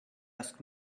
asked